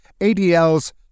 ADL's